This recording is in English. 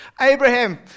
Abraham